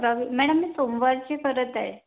Ravi madam मी सोमवारची करत आहे